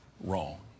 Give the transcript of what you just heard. wrong